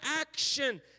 action